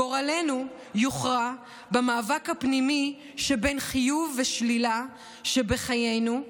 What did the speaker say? גורלנו יוכרע במאבק הפנימי שבין החיוב והשלילה שבחיינו,